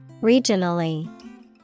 Regionally